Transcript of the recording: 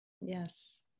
Yes